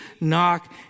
knock